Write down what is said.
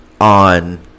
on